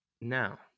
Now